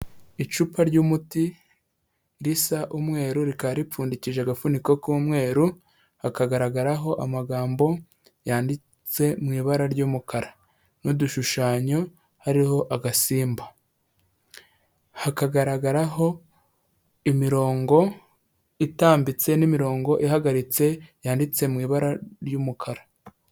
Icupa ry'umuti risa umweru, rikaba ripfundikije agafuniko k'umweru, hakagaragaraho amagambo yanditse mu ibara ry'umukara, n'udushushanyo hariho agasimba, hakagaragaraho imirongo itambitse n'imirongo ihagaritse yanditse mu ibara ry'umukara.